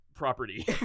property